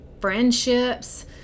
friendships